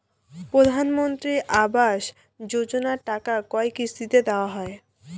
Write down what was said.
প্রধানমন্ত্রী আবাস যোজনার টাকা কয় কিস্তিতে দেওয়া হয়?